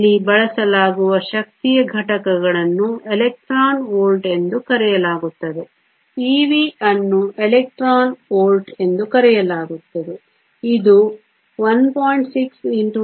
ಇಲ್ಲಿ ಬಳಸಲಾಗುವ ಶಕ್ತಿಯ ಘಟಕಗಳನ್ನು ಎಲೆಕ್ಟ್ರಾನ್ ವೋಲ್ಟ್ ಎಂದು ಕರೆಯಲಾಗುತ್ತದೆ eV ಅನ್ನು ಎಲೆಕ್ಟ್ರಾನ್ ವೋಲ್ಟ್ ಎಂದು ಕರೆಯಲಾಗುತ್ತದೆ ಇದು 1